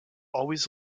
always